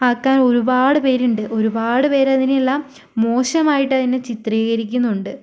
ആക്കാൻ ഒരുപാട് പേരുണ്ട് ഒരുപാട് പേര് അതിനെയെല്ലാം മോശമായിട്ട് അതിനെ ചിത്രീകരിക്കുന്നുണ്ട്